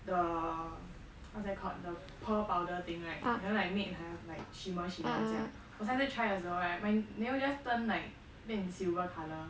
the what's that called the pearl powder thing right you know like make ha~ like shimmer shimmer 这样我上次 try 的时候 right my nail just turn like 变 silver colour